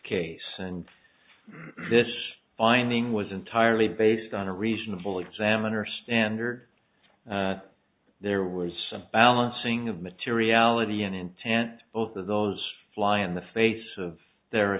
case and this finding was entirely based on a reasonable examiner standard there was some balancing of materiality and intent both of those fly in the face of their